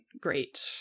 great